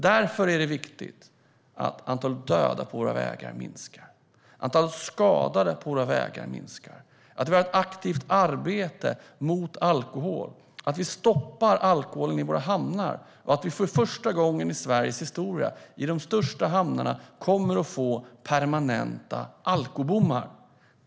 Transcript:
Därför är det viktigt att antalet dödade och skadade på våra vägar minskar, att vi har ett aktivt arbete mot alkohol, att vi stoppar alkoholen i våra hamnar och att vi för första gången i Sveriges historia kommer att få permanenta alkobommar i de största hamnarna.